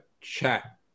chat